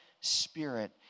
spirit